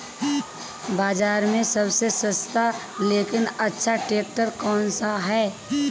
बाज़ार में सबसे सस्ता लेकिन अच्छा ट्रैक्टर कौनसा है?